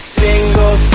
single